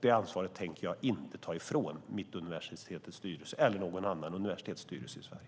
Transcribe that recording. Det ansvaret tänker jag inte ta ifrån Mittuniversitetets styrelse eller någon annan universitetsstyrelse i Sverige.